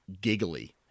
giggly